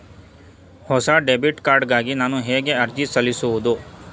ಹೊಸ debit card ಗಾಗಿ ನಾನು ಹೇಗೆ ಅರ್ಜಿ ಸಲ್ಲಿಸುವುದು?